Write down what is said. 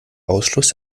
ausschluss